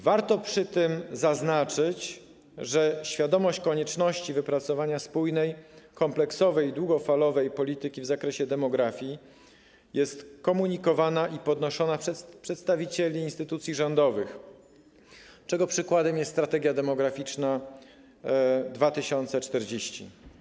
Warto przy tym zaznaczyć, że świadomość konieczności wypracowania spójnej, kompleksowej i długofalowej polityki w zakresie demografii jest komunikowana i podnoszona przez przedstawicieli instytucji rządowych, czego przykładem jest „Strategia demograficzna 2040”